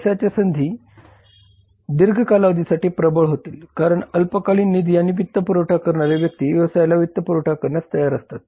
व्यवसायाच्या संधी दीर्घ कालावधीसाठी प्रबळ होतील कारण अल्पकालीन निधी आणि वित्तपुरवठा करणारे व्यक्ती व्यवसायाला वित्तपुरवठा करण्यास तयार असतात